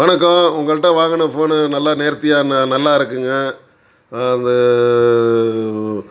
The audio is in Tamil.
வணக்கம் உங்கள்கிட்ட வாங்கின ஃபோனு நல்லா நேர்த்தியாக ந நல்லா இருக்குதுங்க அது